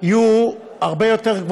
יהיו הרבה יותר,